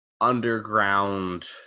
underground